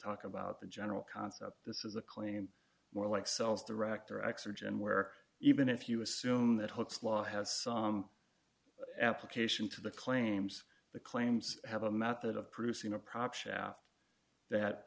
talk about the general concept this is a claim more like cells director x or gen where even if you assume that hoax law has some application to the claims the claims have a method of producing a